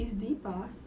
is D pass